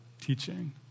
teaching